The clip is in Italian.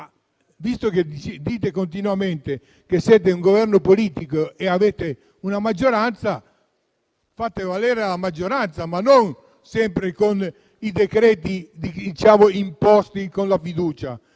Visto che dite continuamente di essere un Governo politico e di avere una maggioranza, fatela valere, ma non sempre con decreti imposti con la fiducia.